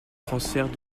transfert